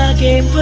gave